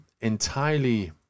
entirely